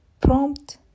Prompt